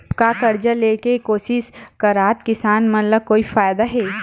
का कर्जा ले के कोशिश करात किसान मन ला कोई फायदा हे?